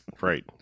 right